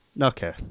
Okay